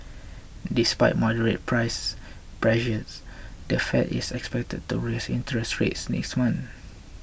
despite moderate price pressures the Fed is expected to raise interest rates next month